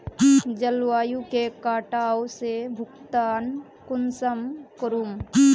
जलवायु के कटाव से भुगतान कुंसम करूम?